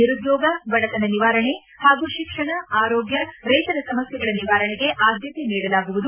ನಿರುದ್ನೋಗ ಬಡತನ ನಿವಾರಣೆ ಹಾಗೂ ಶಿಕ್ಷಣ ಆರೋಗ್ಯ ರೈತರ ಸಮಸ್ಯೆಗಳ ನಿವಾರಣೆಗೆ ಆದ್ಯತೆ ನೀಡಲಾಗುವುದು